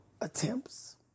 attempts